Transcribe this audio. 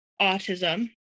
autism